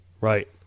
Right